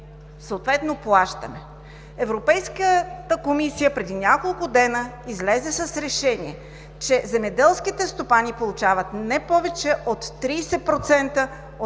съответно плащаме. Европейската комисия преди няколко дни излезе с решение, че земеделските стопани получават не повече от 30%